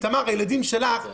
תמר, הילדים שלך,